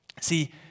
See